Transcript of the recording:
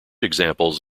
examples